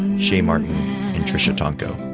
shay martin and tricia tongco.